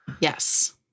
Yes